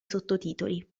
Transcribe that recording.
sottotitoli